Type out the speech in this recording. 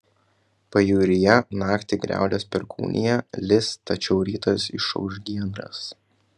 pajūryje naktį griaudės perkūnija lis tačiau rytas išauš giedras